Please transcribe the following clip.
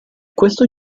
questo